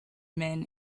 men